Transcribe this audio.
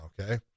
okay